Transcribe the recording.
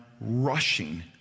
rushing